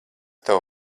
tev